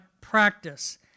practice